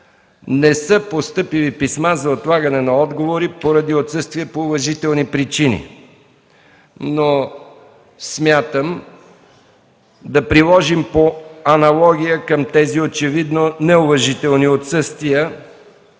не са постъпили писма за отлагане на отговори поради отсъствие по уважителни причини, но смятам в този случай да приложим по аналогия към тези очевидно неуважителни отсъствия